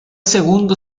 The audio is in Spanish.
segundo